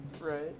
Right